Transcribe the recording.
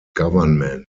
government